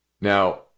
Now